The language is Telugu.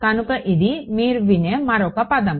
కనుక ఇది మీరు వినే మరొక పదం